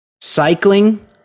Cycling